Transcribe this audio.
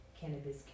Cannabis